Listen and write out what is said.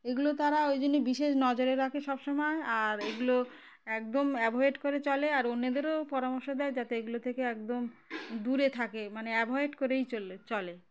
এগুলো তারা ওই জন্য বিশেষ নজরে রাখে সব সময় আর এগুলো একদম অ্যাভয়েড করে চলে আর অন্যদেরও পরামর্শ দেয় যাতে এগুলো থেকে একদম দূরে থাকে মানে অ্যাভয়েড করেই চলে চলে